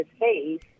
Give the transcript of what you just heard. face